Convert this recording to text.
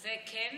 אז את זה כן אפשר?